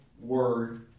Word